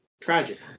Tragic